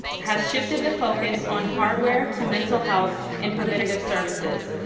has shifted the focus on hardware to mental health and preventative services.